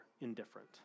indifferent